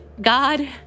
God